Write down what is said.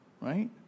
Right